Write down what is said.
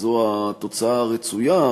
וזו התוצאה הרצויה,